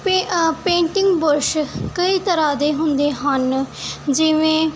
ਪੇਂ painting brush ਕਈ ਤਰ੍ਹਾਂ ਦੇ ਹੁੰਦੇ ਹਨ ਜਿਵੇਂ